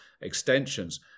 Extensions